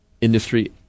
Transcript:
industry